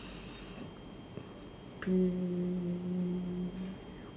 pay